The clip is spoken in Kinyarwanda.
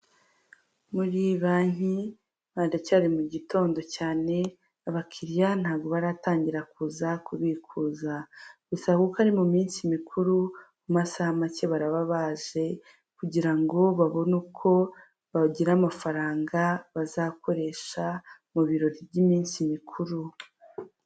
Muri banki haracyari mu gitondo cyane abakiriya ntabwo baratangira kuza kubikuza, gusa kuko ari mu minsi mikuru mu masaha make baraba baje kugira ngo babone uko bagira amafaranga bazakoresha mu birori by'iminsi mikuru.